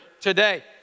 today